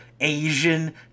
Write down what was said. Asian